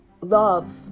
love